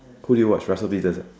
who do you watch Russel-Pieces ah